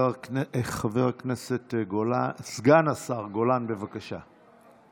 חבר הכנסת גולן, סגן השר גולן, בבקשה.